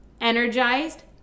energized